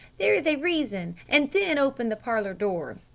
there is a reason. and then open the parlor door.